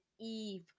eve